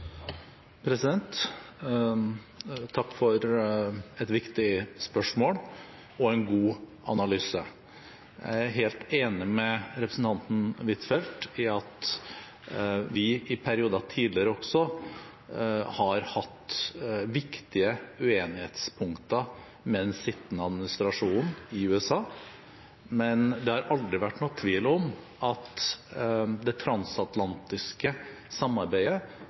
Takk for et viktig spørsmål og en god analyse. Jeg er helt enig med representanten Huitfeldt i at vi i perioder tidligere også har hatt viktige uenighetspunkter med den sittende administrasjonen i USA, men det har aldri vært noen tvil om at det transatlantiske samarbeidet